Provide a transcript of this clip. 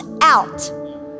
out